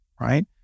right